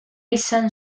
izan